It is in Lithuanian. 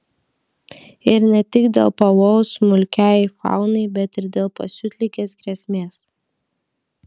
ir ne tik dėl pavojaus smulkiajai faunai bet ir dėl pasiutligės grėsmės